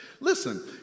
Listen